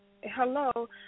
hello